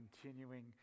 continuing